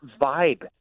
vibe